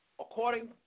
according